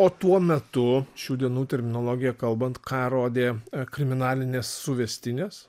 o tuo metu šių dienų terminologija kalbant ką rodė kriminalinės suvestinės